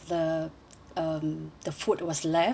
um the food was left